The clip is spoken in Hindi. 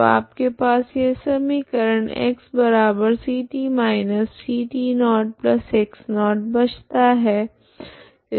तो आपके पास यह समीकरण xct−ct0x0 बचता है इस रैखा का